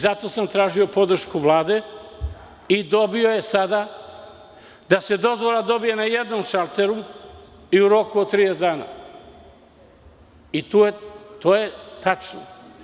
Zato sam tražio podršku Vlade, i dobio je sada, da se dozvola dobije na jednom šalteru u roku od 30 dana i to je tačno.